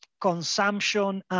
consumption